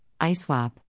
ISWAP